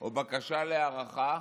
או בקשה להארכה,